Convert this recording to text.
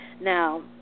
Now